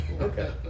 Okay